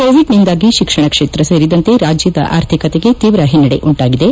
ಕೋವಿಡ್ನಿಂದಾಗಿ ಶಿಕ್ಷಣ ಕ್ಷೇತ್ರ ಸೇರಿದಂತೆ ರಾಜ್ಯದ ಆರ್ಥಿಕತೆಗೆ ತೀವ್ರ ಹಿನ್ನಡೆ ಉಂಟಾಗಿದೆ